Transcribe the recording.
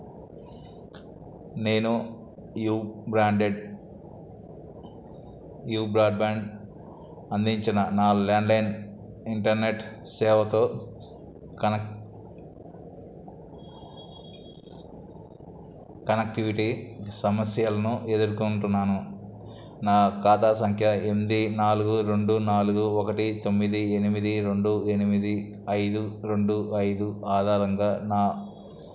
నేను you branded you broadband అందించిన నా ల్యాండ్లైన్ ఇంటర్నెట్ సేవతో కనెక్టివిటీ సమస్యలను ఎదుర్కొంటున్నాను నా ఖాతా సంఖ్య ఎనిమిది నాలుగు రెండు నాలుగు ఒకటి తొమ్మిది ఎనిమిది రెండు ఎనిమిది ఐదు రెండు ఐదు ఆధారంగా నా